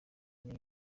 hamwe